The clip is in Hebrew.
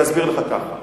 אז אני אסביר לך ככה.